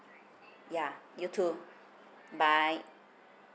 yeah you too bye